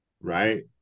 Right